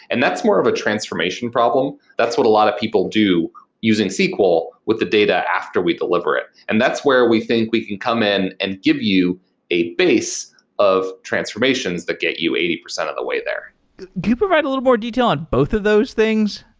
and more of a transformation problem. that's what a lot of people do using sql with the data after we deliver it. and that's where we think we can come in and give you a base of transformations that get you eighty percent of the way there. can you provide a little more detail on both of those things?